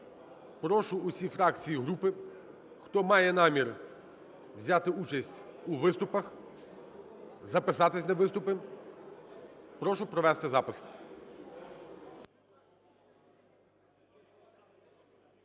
Прошу усі фракції і групи, хто має намір взяти участь у виступах, записатись на виступи. Прошу провести запис.